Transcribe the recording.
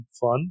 fun